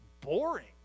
boring